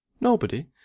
Nobody